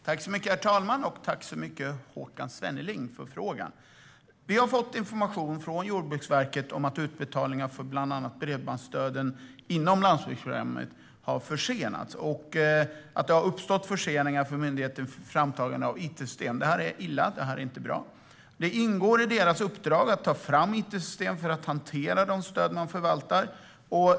Herr talman! Tack, Håkan Svenneling, för frågan! Vi har fått information från Jordbruksverket om att utbetalningar av bland annat bredbandsstöden inom landsbygdsprogrammet har försenats och att det har uppstått förseningar för myndighetens framtagande av it-system. Detta är illa. Det är inte bra. Det ingår i myndighetens uppdrag att ta fram it-system för att hantera de stöd man förvaltar.